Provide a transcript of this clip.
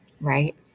right